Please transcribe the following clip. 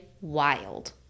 Wild